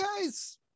guys